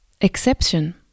exception